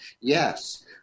Yes